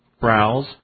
browse